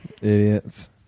Idiots